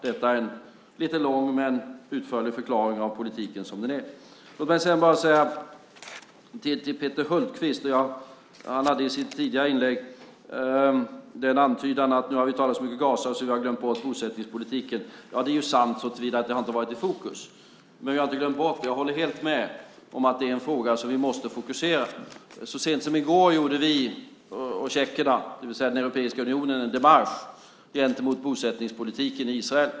Detta är en lite lång men utförlig förklaring av politiken som den är. Peter Hultqvist antydde i sitt tidigare inlägg att vi nu har talat så mycket om Gaza så att vi har glömt bort bosättningspolitiken. Det är sant såtillvida att det inte har varit i fokus. Men vi har inte glömt bort det. Jag håller helt med om att det är en fråga som vi måste fokusera. Så sent som i går gjorde vi och tjeckerna, det vill säga den europeiska unionen, en demarche gentemot bosättningspolitiken i Israel.